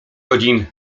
godzin